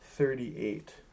Thirty-eight